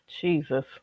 Jesus